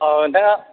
नोंथाङा